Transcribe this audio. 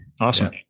Awesome